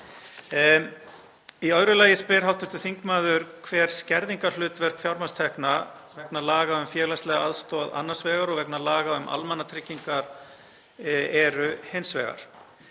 Í öðru lagi spyr hv. þingmaður hver skerðingarhlutföll fjármagnstekna vegna laga um félagslega aðstoð annars vegar og vegna laga um almannatryggingar hins vegar